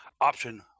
option